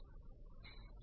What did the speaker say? M dV M